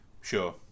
sure